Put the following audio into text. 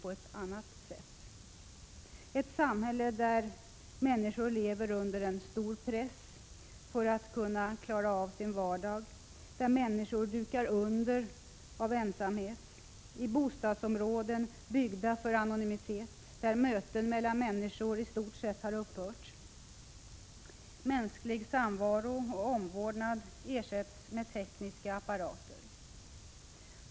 Det är ett samhälle där människor lever under stor press för att klara av sin vardag, där människor dukar under av ensamhet i bostadsområden byggda för anonymitet, där möten mellan människor i stort sett har upphört. Mänsklig samvaro och omvårdnad ersätts med tekniska apparater.